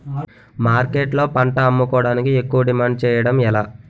మార్కెట్లో పంట అమ్ముకోడానికి ఎక్కువ డిమాండ్ చేయడం ఎలా?